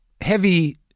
heavy